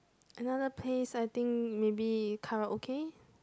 another place I think maybe Karaoke